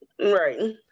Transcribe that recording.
right